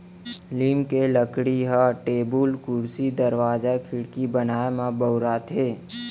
लीम के लकड़ी ह टेबुल, कुरसी, दरवाजा, खिड़की बनाए म बउराथे